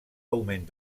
augment